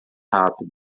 rápido